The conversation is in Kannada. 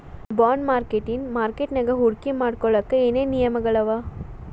ಬಾಂಡ್ ಮಾರ್ಕೆಟಿನ್ ಮಾರ್ಕಟ್ಯಾಗ ಹೂಡ್ಕಿ ಮಾಡ್ಲೊಕ್ಕೆ ಏನೇನ್ ನಿಯಮಗಳವ?